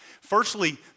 Firstly